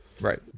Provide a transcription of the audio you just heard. Right